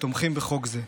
שתומכים בחוק זה.